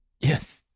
Yes